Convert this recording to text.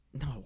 No